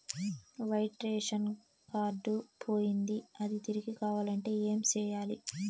white ration card పోయింది అది తిరిగి కావాలంటే ఏం సేయాలి